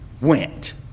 went